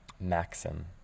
maxim